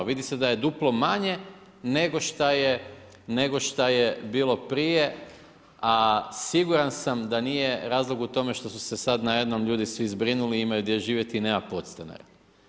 Vidi se da je duplo manje nego što je bilo prije, a siguran sam da nije razlog u tome što su se sad najednom ljudi svi zbrinuli i imaju gdje živjeti i nema podstanara.